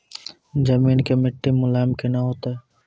जमीन के मिट्टी मुलायम केना होतै?